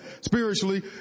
spiritually